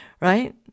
right